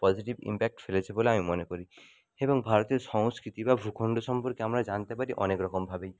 positive impact ফেলেছে বলে আমি মনে করি এবং ভারতীয় সংস্কৃতি বা ভূখণ্ড সম্পর্কে আমার জানতে পারি অনেক রকমভাবেই